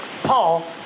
Paul